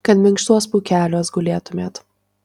kad minkštuos pūkeliuos gulėtumėt